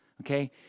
Okay